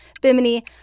Bimini